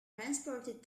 transported